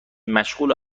مشغول